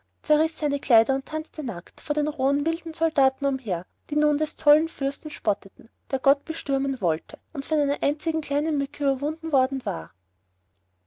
zerriß seine kleider und tanzte nackt vor den rohen wilden soldaten umher die nun des tollen fürsten spotteten der gott bestürmen wollte und von einer einzigen kleinen mücke überwunden worden war